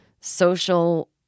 social